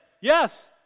Yes